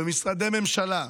במשרדי ממשלה.